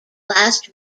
last